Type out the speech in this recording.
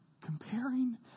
comparing